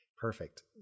perfect